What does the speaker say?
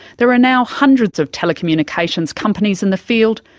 there are now hundreds of telecommunications companies in the field,